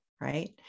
right